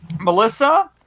Melissa